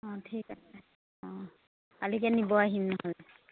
অঁ ঠিক আছে অঁ কালিকে নিব আহিম নহ'লে